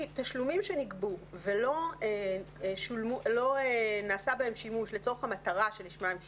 תשלומים שנגבו ולא נעשה בהם שימוש לצורך המטרה שלשמה הם שולמו,